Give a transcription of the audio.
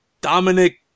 Dominic